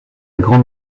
grande